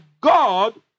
God